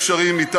עם עוצמת השחיתות?